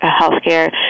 healthcare